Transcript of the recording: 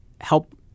help